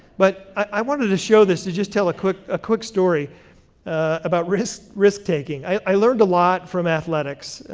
but i wanted to show this to just tell a quick a quick story about risk risk taking. i learned a lot from athletics.